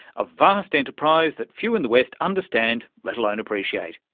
a vast enterprise that few in the west understand, let alone appreciate.